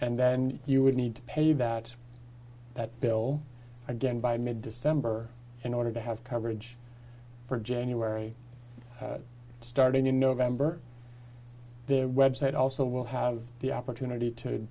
and then you would need to pay about that bill again by mid december in order to have coverage for january starting in november their website also will have the opportunity to